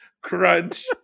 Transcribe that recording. crunch